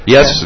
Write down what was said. Yes